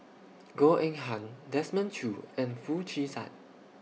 Goh Eng Han Desmond Choo and Foo Chee San